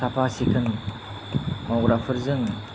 साफा सिखोन मावग्राफोरजों